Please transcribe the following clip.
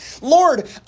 Lord